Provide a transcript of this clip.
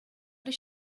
does